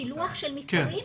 פילוח של מספרים?